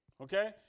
Okay